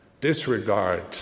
Disregard